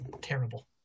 terrible